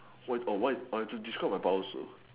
what is orh what is orh have to describe my power also